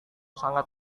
sangat